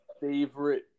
favorite